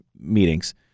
meetings